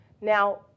Now